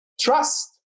trust